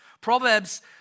Proverbs